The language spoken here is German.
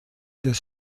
des